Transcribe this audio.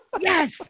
Yes